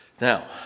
Now